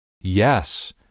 Yes